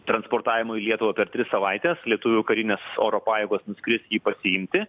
transportavimui į lietuvą per tris savaites lietuvių karinės oro pajėgos nuskris jį pasiimti